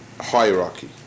hierarchy